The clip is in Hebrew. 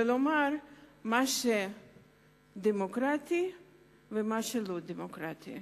ולומר מה שדמוקרטי ומה שלא דמוקרטי.